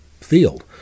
field